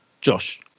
josh